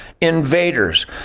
invaders